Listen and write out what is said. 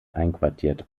einquartiert